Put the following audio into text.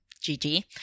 Gigi